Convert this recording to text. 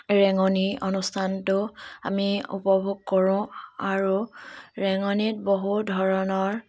ৰেঙনি অনুষ্ঠানটো আমি উপভোগ কৰোঁ আৰু ৰেঙনিত বহুত ধৰণৰ